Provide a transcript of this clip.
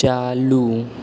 चालू